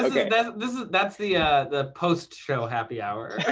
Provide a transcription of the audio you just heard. ok. that's the ah the post-show happy hour.